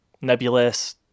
nebulous